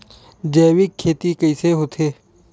जैविक खेती कइसे होथे?